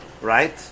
right